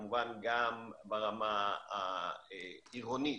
וכמובן גם ברמה העירונית.